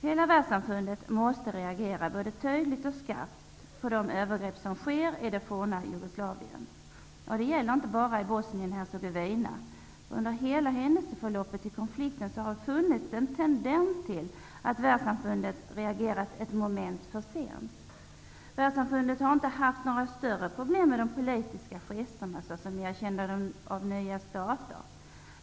Hela världssamfundet måste reagera både tydligt och skarpt på de övergrepp som sker i det forna Jugoslavien. Det gäller inte bara i Bosnien Hercegovina. Under konfliktens hela händelseförlopp har det funnits en tendens till att världssamfundet har reagerat ett moment försent. Världssamfundet har inte haft några större problem med de politiska gesterna, såsom erkännanden av nya stater.